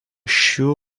šių